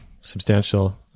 substantial